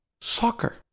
soccer